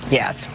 yes